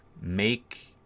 make